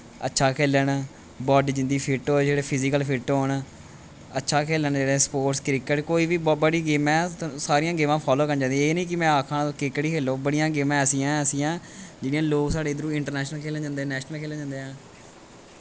अच्छा खेलन बाडी जिं'दी फिट होए जेह्ड़े फिजिकल फिट होन अच्छा खेलन जेह्ड़ा स्पोर्ट्स क्रिकेट कोई बी बड़ी गेमां ऐं सारियां गेमां फालो करनी चाहिदियां एह् निं केह् मैं आखना क्रिकेट ही खेलो बड़ियां गेमां ऐसियां ऐसियां जेह्ड़ियां लोक साढ़ै इद्धरां इंटरनैशनल खेलन जंदे नैशनल खेलन जन्दे ऐ